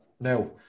now